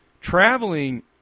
Traveling